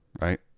right